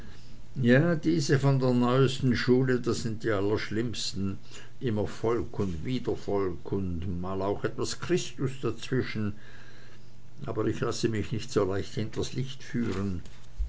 ja diese von der neuesten schule das sind die allerschlimmsten immer volk und wieder volk und mal auch etwas christus dazwischen aber ich lasse mich so leicht nicht hinters licht führen